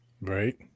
Right